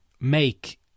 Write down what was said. make